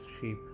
sheep